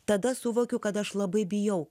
tada suvokiau kad aš labai bijau